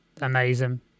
Amazing